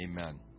Amen